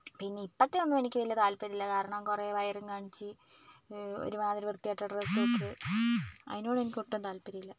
പിന്നെ ഇപ്പോഴത്തെയൊന്നും എനിക്ക് വലിയ താൽപര്യമില്ല കാരണം കുറെ വയറും കാണിച്ച് ഒരുമാതിരി വൃത്തികെട്ട ഡ്രസ്സ് ഇട്ട് അതിനോട് എനിക്ക് ഒട്ടും താൽപര്യമില്ല